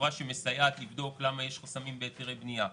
חברה שמסייעת לבדוק למה יש חסמים בהיתרי בנייה,